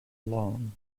long